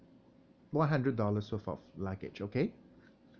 one hundred dollars worth of luggage okay